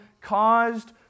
caused